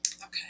Okay